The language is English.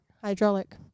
Hydraulic